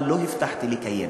אבל לא הבטחתי לקיים.